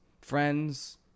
friends